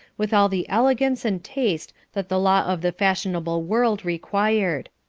with all the elegance and taste that the law of the fashionable world required.